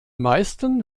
meisten